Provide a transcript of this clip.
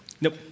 nope